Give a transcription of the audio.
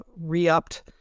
re-upped